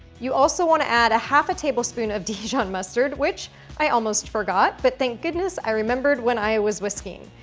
you also want to add a half-a-tablespoon of dijon mustard, which i almost forgot. but thank goodness i remembered when i was whisking.